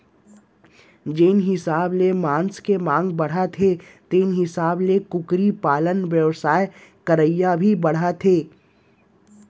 जेन हिसाब ले मांस के मांग ह बाढ़त हे तेन हिसाब ले कुकरी पालन बेवसाय करइया भी बाढ़त हें